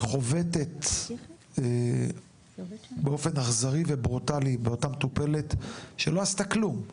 חובטת באופן אכזרי וברוטלי באותה מטופלת שלא עשתה כלום,